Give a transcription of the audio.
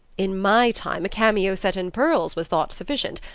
in my time a cameo set in pearls was thought sufficient.